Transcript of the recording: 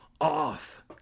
Off